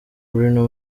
bruno